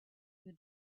you